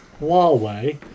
Huawei